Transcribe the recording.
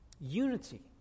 Unity